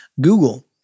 Google